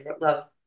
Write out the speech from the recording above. love